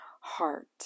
heart